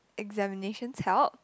examinations help